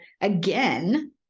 again